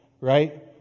right